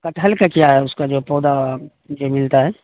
کٹہل کا کیا ہے اس کا جو پودا جو ملتا ہے